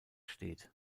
steht